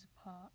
apart